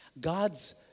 God's